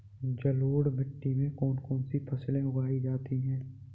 जलोढ़ मिट्टी में कौन कौन सी फसलें उगाई जाती हैं?